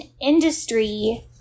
industry